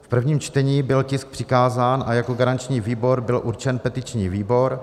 V prvním čtení byl tisk přikázán a jako garanční výbor byl určen petiční výbor.